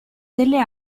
delle